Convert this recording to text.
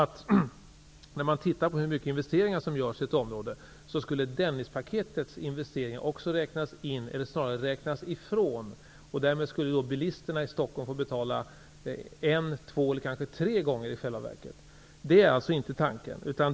Om man ser på hur stora investeringar som görs på ett område, måste nämligen Dennispaketets investeringar räknas ifrån. Därmed skulle bilisterna i Stockholm i själva verket få betala två eller kanske tre gånger så mycket. Detta är alltså inte tanken.